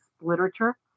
literature